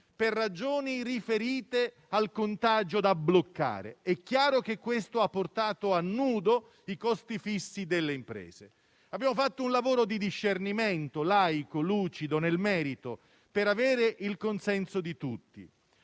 per ragioni riferite al contagio da bloccare. È chiaro che questo ha portato a nudo i costi fissi delle imprese. Abbiamo fatto un lavoro di discernimento laico e lucido nel merito per avere il consenso di tutti.